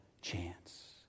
chance